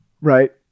right